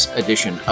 edition